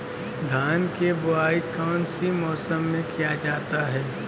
धान के बोआई कौन सी मौसम में किया जाता है?